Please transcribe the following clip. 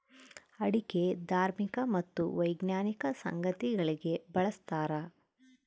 ಅಡಿಕೆ ಧಾರ್ಮಿಕ ಮತ್ತು ವೈಜ್ಞಾನಿಕ ಸಂಗತಿಗಳಿಗೆ ಬಳಸ್ತಾರ